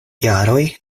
jaroj